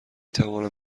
توانم